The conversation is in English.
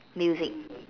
music